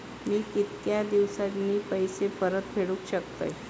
मी कीतक्या दिवसांनी पैसे परत फेडुक शकतय?